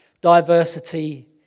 diversity